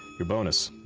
your bonus.